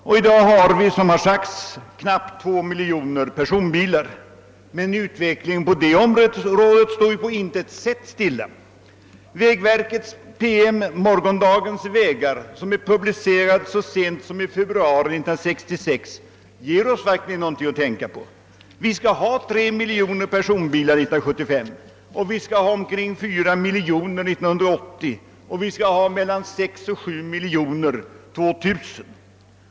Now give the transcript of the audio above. Och i dag finns det ju knappt 2 miljoner personbilar, men ut vecklingen på det området står på intet sätt stilla. Vägverkets PM »Morgondagens vägar», publicerad så sent som 1 februari 1969, ger oss verkligen något att tänka på. Vi skall ha 3 miljoner personbilar 1975, omkring 4 miljoner 1980 och mellan 6 och 7 miljoner år 2000.